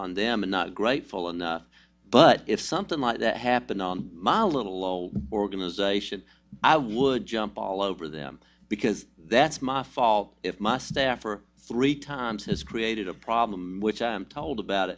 on them and not grateful enough but if something like that happen on my little old organization i would jump all over them because that's my fault if my staff or three times has created a problem which i'm told about